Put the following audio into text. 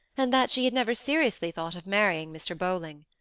and that she had never seriously thought of marrying mr. bowling.